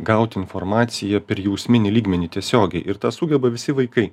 gaut informaciją per jausminį lygmenį tiesiogiai ir tą sugeba visi vaikai